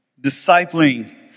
discipling